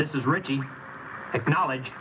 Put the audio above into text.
this is ricky acknowledge